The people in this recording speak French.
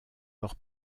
leur